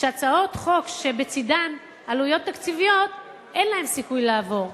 שהצעות חוק שבצדן עלויות תקציביות אין להן סיכוי לעבור,